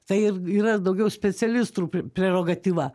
tai ir yra daugiau specialistų prerogatyva